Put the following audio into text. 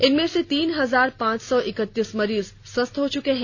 इनमें से तीन हजार पांच सौ इक्तीस मरीज स्वस्थ हो चुके हैं